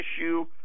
issue